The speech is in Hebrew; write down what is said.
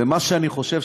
ומה שאני חושב,